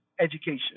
education